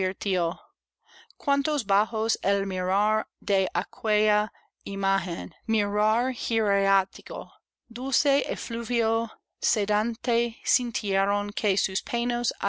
cuántos bajo el mirar de aquella imagen mirar hierático dulce eñuvio sedante sintieron que